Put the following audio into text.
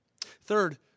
Third